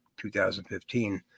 2015